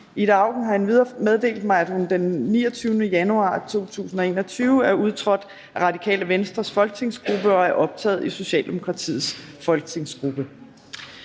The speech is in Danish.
Ida Auken har endvidere meddelt mig, at hun den 29. januar 2021 er udtrådt af Radikale Venstres folketingsgruppe og er optaget i Socialdemokratiets folketingsgruppe.